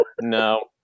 no